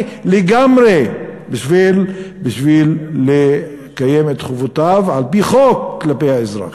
לגמרי בשביל לקיים את חובותיו כלפי האזרח,